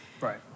Right